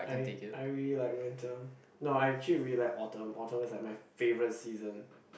I I really like winter no I actually really like autumn autumn is my favourite season